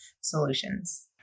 solutions